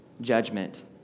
judgment